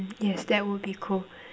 yes that would be cool